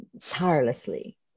tirelessly